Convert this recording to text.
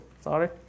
Sorry